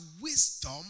wisdom